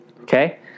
Okay